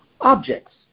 objects